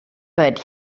but